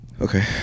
Okay